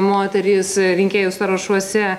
moterys rinkėjų sąrašuose